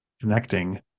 connecting